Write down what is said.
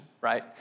right